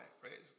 Praise